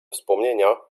wspomnienia